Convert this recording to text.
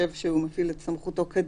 על הסמכויות לפי כל